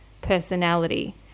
personality